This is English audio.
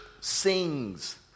sings